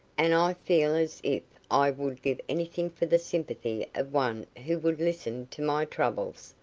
and i feel as if i would give anything for the sympathy of one who would listen to my troubles,